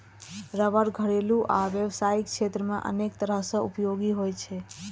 रबड़ घरेलू आ व्यावसायिक क्षेत्र मे अनेक तरह सं उपयोगी होइ छै